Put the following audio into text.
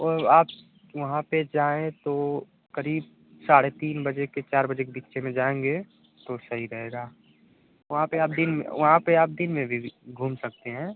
और आप वहाँ पर जाएँ तो करीब साढ़े तीन बजे के चार बजे के बीच में जाएँगे तो सही रहेगा वहाँ पर आप दिन में वहाँ पर आप दिन में भी घूम सकते हैं